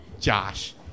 Josh